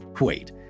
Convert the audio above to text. Wait